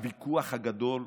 הוויכוח הגדול: